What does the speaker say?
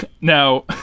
Now